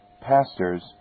Pastors